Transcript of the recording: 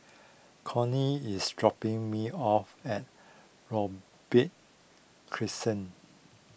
Cony is dropping me off at Robey Crescent